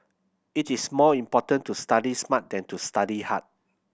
it is more important to study smart than to study hard